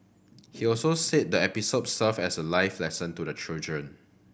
he also said the episode served as a life lesson to the children